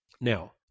Now